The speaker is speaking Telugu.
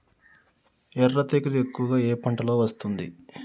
ఎర్ర తెగులు ఎక్కువగా ఏ పంటలో వస్తుంది?